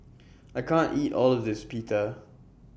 I can't eat All of This Pita